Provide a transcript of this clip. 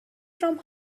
from